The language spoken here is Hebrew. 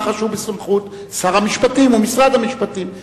מח"ש הוא בסמכות שר המשפטים ומשרד המשפטים.